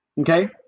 okay